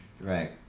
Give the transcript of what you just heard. Right